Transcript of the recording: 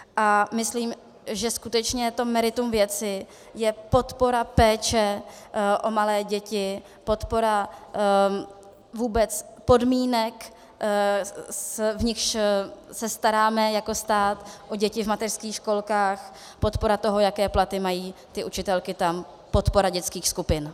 A myslím, že skutečně meritum věci je podpora péče o malé děti, podpora vůbec podmínek, v nichž se staráme jako stát o děti v mateřských školkách, podpora toho, jaké platy mají tam ty učitelky, podpora dětských skupin.